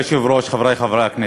אדוני היושב-ראש, חברי חברי הכנסת,